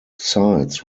sides